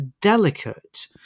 delicate